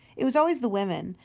it was always the women,